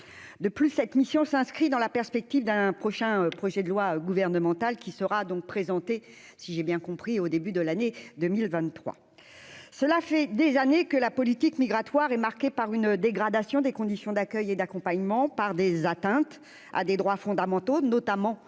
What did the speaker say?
de plus, cette mission s'inscrit dans la perspective d'un prochain projet de loi gouvernemental qui sera donc présenté, si j'ai bien compris au début de l'année 2023, cela fait des années que la politique migratoire est marqué par une dégradation des conditions d'accueil et d'accompagnement par des atteintes à des droits fondamentaux, notamment